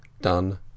done